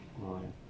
orh